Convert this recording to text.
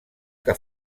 que